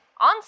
On